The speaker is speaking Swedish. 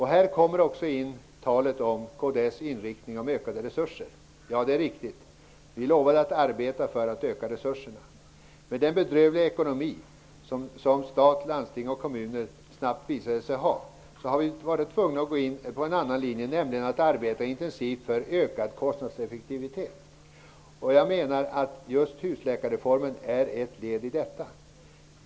Här kommer också kds tal om ökade resurser in. Det är riktigt att vi lovade att arbeta för att öka resurserna. Men den bedrövliga ekonomi som stat, landsting och kommuner snabbt visade sig ha, har gjort att vi har varit tvungna att ta en annan linje, nämligen att arbeta intensivt för ökad kostnadseffektivitet. Jag menar att husläkarreformen är ett led i detta.